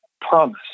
promise